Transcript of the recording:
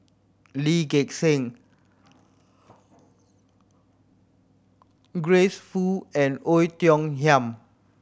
Lee Gek Seng Grace Fu and Oei Tiong Ham